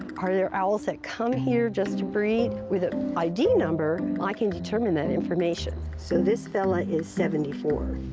are there owls that come here just to breed? with an id number, i can determine that information. so this fellow is seventy four.